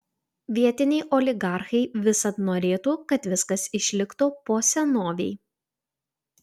vietiniai oligarchai visad norėtų kad viskas išliktų po senovei